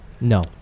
No